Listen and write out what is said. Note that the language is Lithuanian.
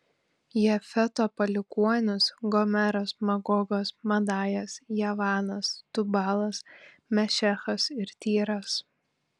jafeto palikuonys gomeras magogas madajas javanas tubalas mešechas ir tyras